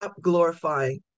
glorifying